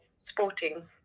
sporting